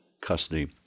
custody